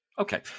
Okay